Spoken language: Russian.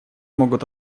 могут